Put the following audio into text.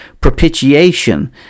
propitiation